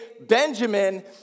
Benjamin